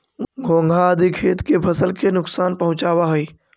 घोंघा आदि खेत के फसल के नुकसान पहुँचावऽ हई